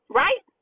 right